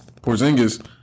Porzingis